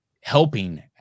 helping